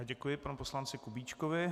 Děkuji panu poslanci Kubíčkovi.